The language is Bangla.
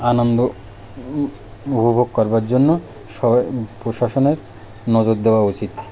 আনন্দ উপভোগ করার জন্য সবাই প্রশাসনের নজর দেওয়া উচিত